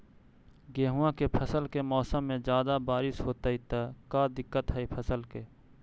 गेहुआ के फसल के मौसम में ज्यादा बारिश होतई त का दिक्कत हैं फसल के?